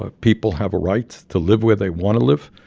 ah people have a right to live where they want to live,